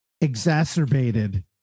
exacerbated